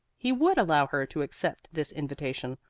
he would allow her to accept this invitation,